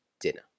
dinner